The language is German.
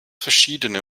verschiedene